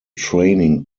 training